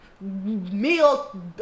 meal